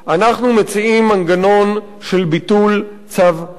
אנחנו מציעים מנגנון של ביטול צו הגירוש.